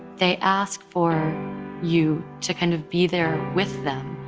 they ask for you to kind of be there with them